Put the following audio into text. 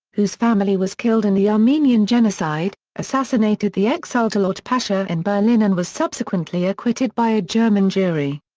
whose family was killed in the armenian genocide, assassinated the exiled talaat pasha in berlin and was subsequently acquitted by a german jury.